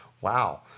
Wow